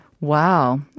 Wow